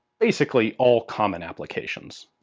basically, all common applications.